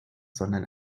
sondern